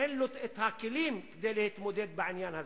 אין לו כלים כדי להתמודד בעניין הזה.